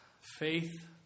faith